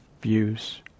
views